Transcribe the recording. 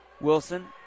Wilson